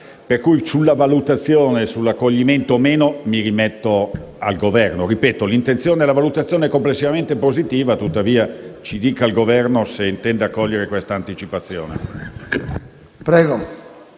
Sulla valutazione dell’accoglimento mi rimetto al Governo. L’intenzione e la valutazione complessivamente sono positive; tuttavia, ci dica il Governo se intende accogliere questa anticipazione.